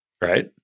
Right